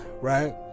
right